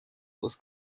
was